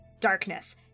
darkness